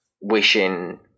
wishing